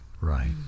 Right